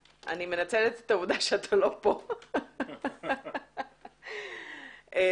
אני נוטה לקבל את עמדת משרד המשפטים גם הפעם.